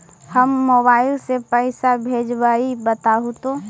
हम मोबाईल से पईसा भेजबई बताहु तो?